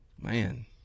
Man